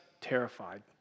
terrified